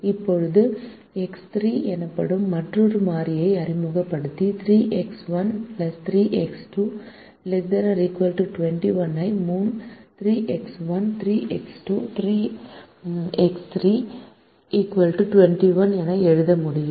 இப்போது எக்ஸ் 3 எனப்படும் மற்றொரு மாறியை அறிமுகப்படுத்தி 3 எக்ஸ் 1 3 எக்ஸ் 2 ≤ 21 ஐ 3 எக்ஸ் 1 3 எக்ஸ் 2 எக்ஸ் 3 21 என எழுத முடியும்